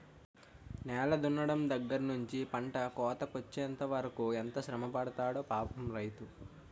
నేల దున్నడం దగ్గర నుంచి పంట కోతకొచ్చెంత వరకు ఎంత శ్రమపడతాడో పాపం రైతు